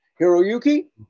Hiroyuki